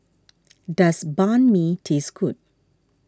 does Banh Mi taste good